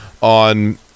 on